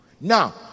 Now